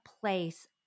place